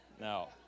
no